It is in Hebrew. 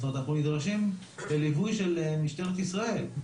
זאת אומרת אנחנו נדרשים לליווי של משטרת ישראל,